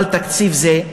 אבל תקציב זה,